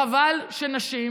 חבל שנשים